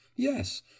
yes